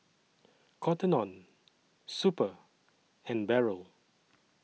Cotton on Super and Barrel